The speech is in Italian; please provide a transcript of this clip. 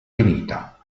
finita